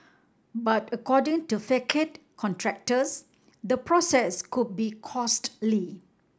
but according to facade contractors the process could be costly